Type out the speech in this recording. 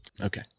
Okay